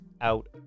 out